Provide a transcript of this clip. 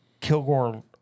Kilgore